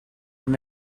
will